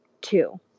two